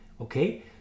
okay